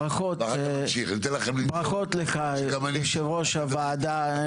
ברכות לך, יושב-ראש הוועדה.